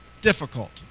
difficult